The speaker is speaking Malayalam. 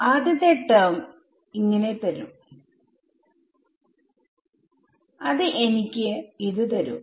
ആദ്യത്തെ ടെർമ് ഇത് തരും അത് എനിക്ക് തരും